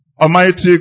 Almighty